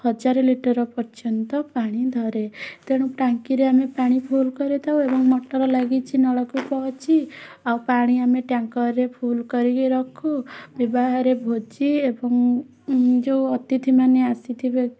ହଜାରେ ଲିଟର୍ ପର୍ଯ୍ୟନ୍ତ ପାଣି ଧରେ ତେଣୁ ଟାଙ୍କିରେ ଆମେ ପାଣି ଫୁଲ୍ କରିଥାଉ ଏବଂ ମୋଟର୍ ଲାଗିଛି ନଳକୂପ ଅଛି ଆଉ ପାଣି ଆମେ ଟ୍ୟାଙ୍କର୍ରେ ଫୁଲ୍ କରିକି ରଖୁ ବିବାହରେ ଭୋଜି ଏବଂ ଯେଉଁ ଅତିଥିମାନେ ଆସିଥିବେ